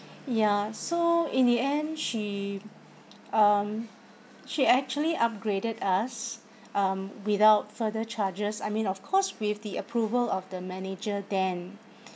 ya so in the end she um she actually upgraded us um without further charges I mean of course with the approval of the manager then